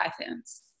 typhoons